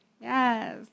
Yes